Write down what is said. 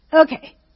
Okay